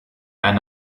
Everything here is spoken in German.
eine